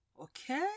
Okay